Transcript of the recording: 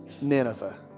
Nineveh